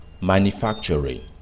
manufacturing